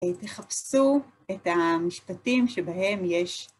תחפשו את המשפטים שבהם יש...